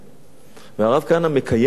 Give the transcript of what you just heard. והרב כהנא מקיים את הבטחתו.